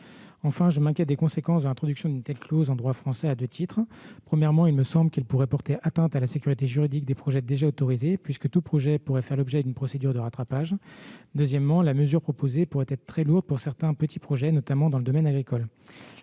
Enfin, je m'inquiète des conséquences de l'introduction d'une telle clause en droit français à deux titres. Premièrement, il me semble qu'elle pourrait porter atteinte à la sécurité juridique des projets déjà autorisés, puisque tout projet pourrait faire l'objet d'une procédure de rattrapage. Deuxièmement, la mesure proposée pourrait être très lourde pour certains petits projets, notamment dans le domaine agricole.